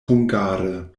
hungare